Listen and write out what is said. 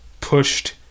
pushed